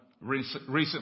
recently